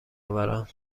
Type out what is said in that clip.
آورند